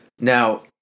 Now